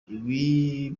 ibi